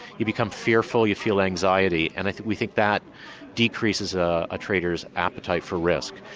you become fearful, you feel anxiety. and we think that decreases a ah trader's appetite for risk.